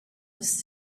was